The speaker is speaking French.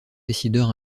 décideur